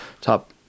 top